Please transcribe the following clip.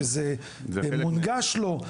שזה מונגש לו,